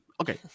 Okay